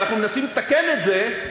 ואנחנו מנסים לתקן את זה,